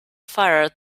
fire